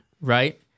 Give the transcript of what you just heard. right